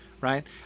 right